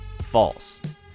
False